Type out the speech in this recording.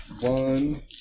One